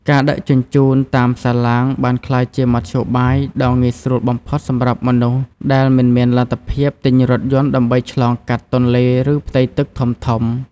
ការដឹកជញ្ជូនតាមសាឡាងបានក្លាយជាមធ្យោបាយដ៏ងាយស្រួលបំផុតសម្រាប់មនុស្សដែលមិនមានលទ្ធភាពទិញរថយន្តដើម្បីឆ្លងកាត់ទន្លេឬផ្ទៃទឹកធំៗ។